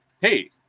Hey